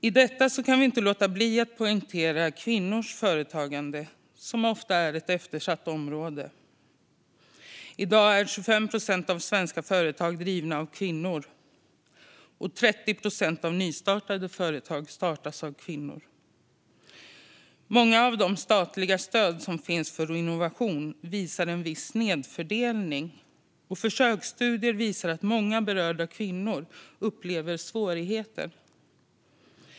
I detta sammanhang kan vi inte låta bli att poängtera kvinnors företagande, som ofta är ett eftersatt område. I dag drivs 25 procent av svenska företag av kvinnor, och 30 procent av nystartade företag startas av kvinnor. Många av de statliga stöd som finns för innovation visar en viss snedfördelning, och försöksstudier visar att många berörda kvinnor upplever svårigheter.